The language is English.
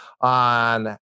on